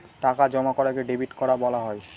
টাকা জমা করাকে ডেবিট করা বলা হয়